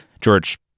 George